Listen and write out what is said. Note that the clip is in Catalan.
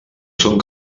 són